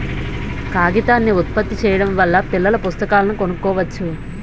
కాగితాన్ని ఉత్పత్తి చేయడం వల్ల పిల్లల పుస్తకాలను కొనుక్కోవచ్చు